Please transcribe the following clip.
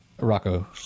Rocco